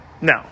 no